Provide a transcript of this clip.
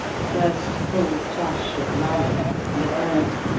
the first full flush of lilac, laburnum,